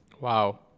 Wow